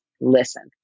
listen